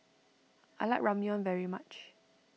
I like Ramyeon very much